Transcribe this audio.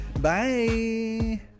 Bye